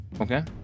Okay